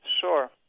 sure